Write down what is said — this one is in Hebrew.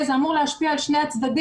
זה אמור להשפיע על שני הצדדים,